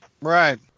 Right